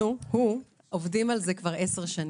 אנחנו, הוא, עובדים על זה כבר עשר שנים.